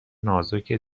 نازک